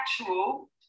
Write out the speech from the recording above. actual